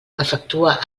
efectua